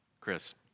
Chris